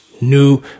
New